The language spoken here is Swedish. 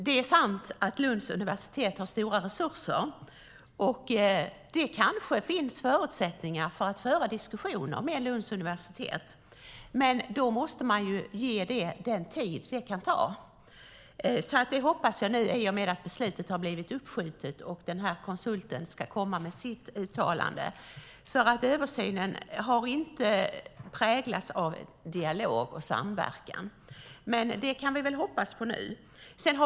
Det är sant att Lunds universitet har stora resurser. Det kanske finns förutsättningar att föra diskussioner med universitetet, men då måste man ge det den tid det kan ta. Det hoppas jag att man gör nu, i och med att beslutet har blivit uppskjutet och konsulten ska komma med sitt uttalande. Översynen har inte präglats av dialog och samverkan, men det kan vi väl hoppas på nu.